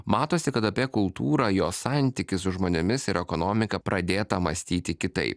matosi kad apie kultūrą jos santykius su žmonėmis ir ekonomiką pradėta mąstyti kitaip